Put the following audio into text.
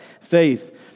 faith